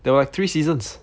there were like three seasons